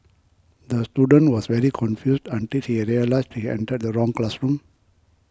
the student was very confused until he realised he entered the wrong classroom